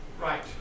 Right